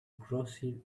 glossy